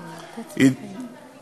ומוסדות שונים, כגון בתי-ספר, על שמן.